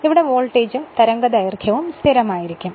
ഇവിടെ വോൾടേജ് ഉം തരംഗ ദൈർഘ്യവും സ്ഥിരം ആയിരിക്കും